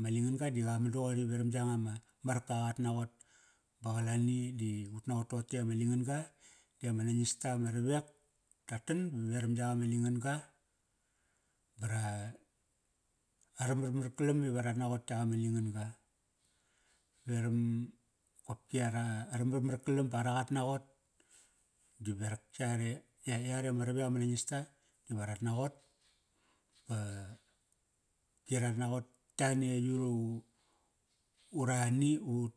Ma lingan ga di qa man doqori veram yanga ma, ma raka qat maqot. Ba qalani di ut naqot toqote ama lingan ga di ama nangis to ama ravek ta tan ba veram yak ama lingan ga ba ra, ara marmar kalam iva rat naqot yak ama lingan ga. Veram qopki ara, ara marmar. Kalam ba ara qatnaqot oli berak yare, ya, yare ama ravek ama nang ista diva rat naqot ba ki rat naqot yani aiyut u, ura ani ist.